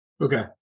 Okay